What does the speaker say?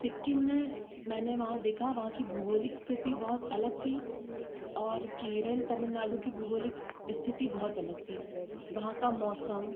सिक्किम में मैंने वहाँ देखा वहाँ की भूगोलिक स्थिति बहुत अलग थी और केरल तमिलनाडु की भूगोलिक स्थिति बहुत अलग थी वहाँ का मौसम